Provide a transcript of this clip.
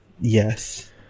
Yes